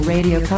Radio